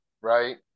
right